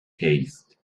taste